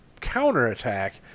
counterattack